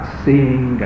seeing